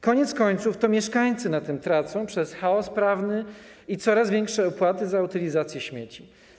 Koniec końców to mieszkańcy na tym tracą przez chaos prawny i coraz większe opłaty za utylizację śmieci.